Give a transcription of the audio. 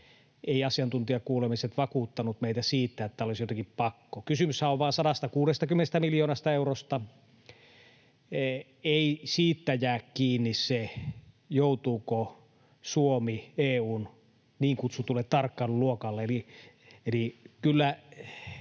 asiantuntijakuulemiset vakuuttaneet meitä siitä, että olisi jotenkin pakko. Kysymyshän on vain 160 miljoonasta eurosta. Ei siitä jää kiinni se, joutuuko Suomi EU:n niin kutsutulle tarkkailuluokalle.